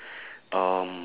um